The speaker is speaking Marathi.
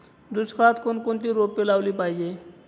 दुष्काळात कोणकोणती रोपे लावली पाहिजे?